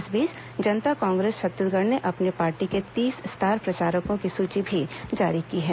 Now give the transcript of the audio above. इस बीच जनता कांग्रेस छत्तीसगढ़ ने अपनी पार्टी के तीस स्टार प्रचारकों की सूची भी जारी की है